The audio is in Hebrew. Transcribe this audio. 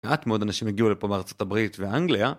מעט מאוד אנשים הגיעו לפה מארצות הברית ואנגליה